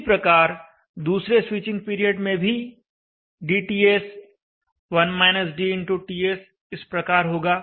इसी प्रकार दूसरे स्विचिंग पीरियड में भी dTS TS इस प्रकार होगा